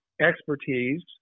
expertise